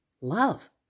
love